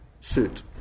suit